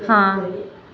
ਹਾਂ